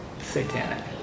satanic